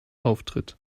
auftritt